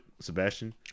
Sebastian